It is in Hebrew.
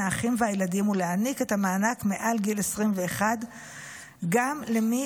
האחים והילדים ולהעניק את המענק מעל גיל 21 גם למי